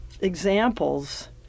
examples